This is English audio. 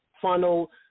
funnel